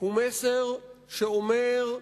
הוא מסר שאומר: